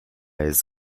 jest